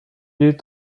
est